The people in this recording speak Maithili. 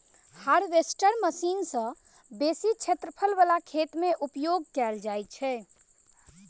हार्वेस्टर मशीन सॅ बेसी क्षेत्रफल बला खेत मे उपयोग कयल जाइत छै